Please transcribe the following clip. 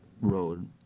road